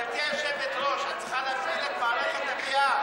גברתי היושבת-ראש, את צריכה להפעיל את מערכת ה-VR.